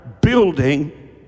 building